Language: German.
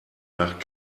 nach